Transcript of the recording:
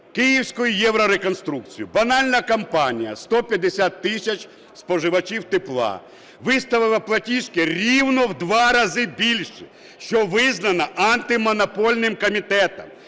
київської "Євро-Реконструкції". Банальна компанія, 150 тисяч споживачів тепла, виставила платіжки рівно в 2 рази більші, що визнано Антимонопольним комітетом.